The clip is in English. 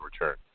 return